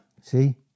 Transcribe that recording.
See